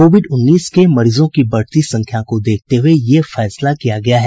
Covid उन्नीस के मरीजों की बढ़ती संख्या को देखते हुए यह फैसला किया गया है